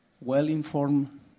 well-informed